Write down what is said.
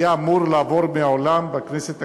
היה אמור לעבור מהעולם בכנסת הקודמת.